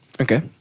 Okay